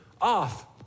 off